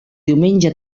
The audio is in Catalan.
diumenge